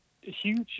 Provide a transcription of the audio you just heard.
huge